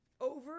Over